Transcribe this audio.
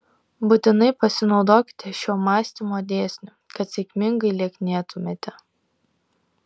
būtinai pasinaudokite šiuo mąstymo dėsniu kad sėkmingai lieknėtumėte